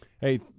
hey